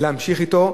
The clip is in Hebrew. להמשיך אתו,